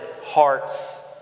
hearts